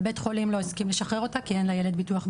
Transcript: בית החולים לא הסכים לשחרר אותה כי אין לילד ביטוח בריאות.